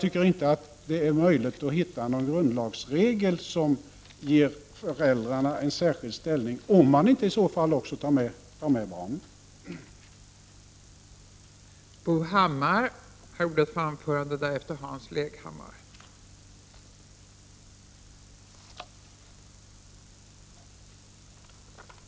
Det är inte möjligt att hitta någon grundlagsregel som ger föräldrarna en särskild ställning, om man inte tar med barnen också.